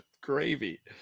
gravy